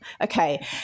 Okay